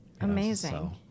Amazing